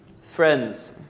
Friends